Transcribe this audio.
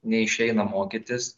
neišeina mokytis